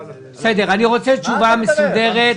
אני רוצה תשובה מסודרת.